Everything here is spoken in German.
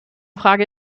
frage